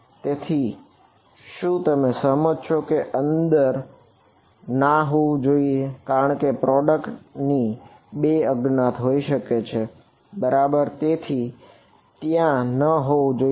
તેથી શું તમે સહમત છો કે એ ની અંદર ના હોવું જોઈએ